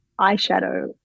eyeshadow